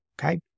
okay